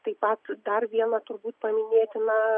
taip pat dar viena turbūt paminėtina